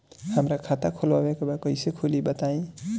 हमरा खाता खोलवावे के बा कइसे खुली बताईं?